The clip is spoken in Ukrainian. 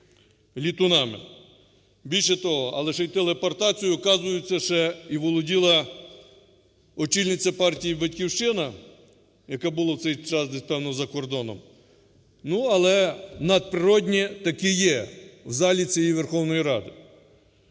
літунами. Більше того, але ще йтелепортацією оказується ще і володіла очільниця партії "Батьківщина", яка була в цей час десь там за кордоном. Ну, але надприродне таки є в залі цієї Верховної Ради.